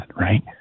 right